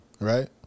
right